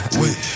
wait